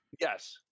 Yes